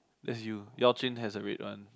that's you Yao-Jun has a red one